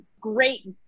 great